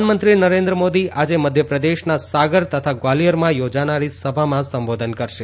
પ્રધાનમંત્રી નરેન્દ્રમોદી આજે મધ્યપ્રદેશના સાગર તથા ગ્વાલીયરમાં યોજાનારી સભામાં સંબોધન કરશે